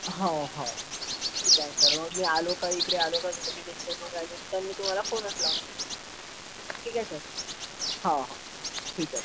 हो हो ठीक आहे सर मग मी आलो का इकडे आलो का तुम्ही बुकिंग केल्यानंतर मी तुम्हाला फोनच लावून देतो ठीक आहे सर हो हो ठीक आहे